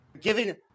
giving